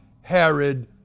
Herod